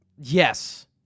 yes